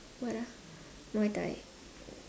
what ah muay-thai